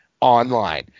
online